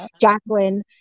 Jacqueline